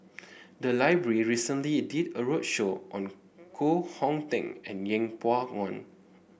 the library recently did a roadshow on Koh Hong Teng and Yeng Pway Ngon